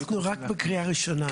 אנחנו רק בקריאה ראשונה.